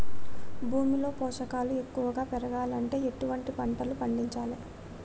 భూమిలో పోషకాలు ఎక్కువగా పెరగాలంటే ఎటువంటి పంటలు పండించాలే?